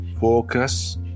focus